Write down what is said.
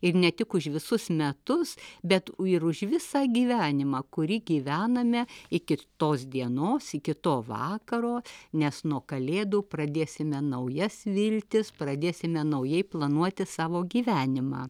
ir ne tik už visus metus bet ir už visą gyvenimą kurį gyvename iki tos dienos iki to vakaro nes nuo kalėdų pradėsime naujas viltis pradėsime naujai planuoti savo gyvenimą